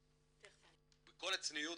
עם כל הצניעות,